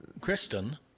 Kristen